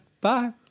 Bye